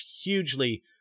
hugely